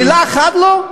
מילה אחת לא?